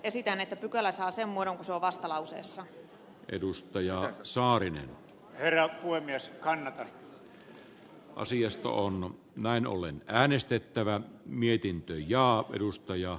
esitän että pykälä saa sen muodon kuin sillä on näin ollen äänestettävä mietintöä ja edustaja